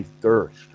thirst